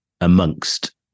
amongst